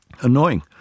annoying